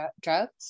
drugs